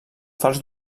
fals